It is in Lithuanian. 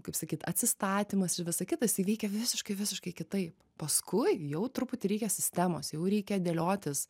kaip sakyt atsistatymas ir visa kita jisai veikia visiškai visiškai kitaip paskui jau truputį reikia sistemos jau reikia dėliotis